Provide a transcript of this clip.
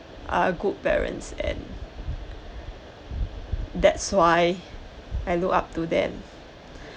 are good parents and that's why I look up to them